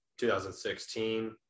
2016